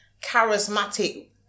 charismatic